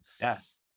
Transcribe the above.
Yes